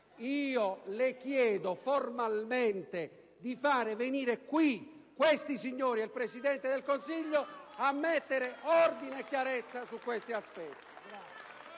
le chiedo formalmente di far venire in Senato questi signori e il Presidente del Consiglio per mettere ordine e fare chiarezza su tali aspetti.